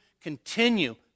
continue